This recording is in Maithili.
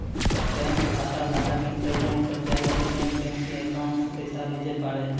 बैंक खाताधारक इंटरनेट पर जाय कै नेट बैंकिंग अकाउंट से पैसा भेजे पारै